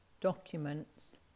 documents